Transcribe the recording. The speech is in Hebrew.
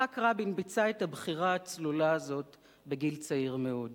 יצחק רבין עשה את הבחירה הצלולה הזאת בגיל צעיר מאוד,